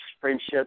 friendships